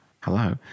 Hello